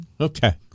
Okay